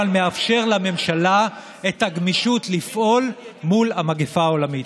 אבל מאפשר לממשלה את הגמישות לפעול מול המגפה העולמית.